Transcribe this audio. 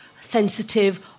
sensitive